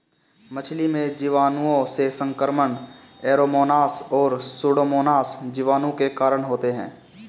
मछली में जीवाणुओं से संक्रमण ऐरोमोनास और सुडोमोनास जीवाणु के कारण होते हैं